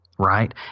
Right